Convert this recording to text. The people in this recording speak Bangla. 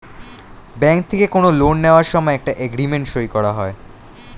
ব্যাঙ্ক থেকে কোনো লোন নেওয়ার সময় একটা এগ্রিমেন্ট সই করা হয়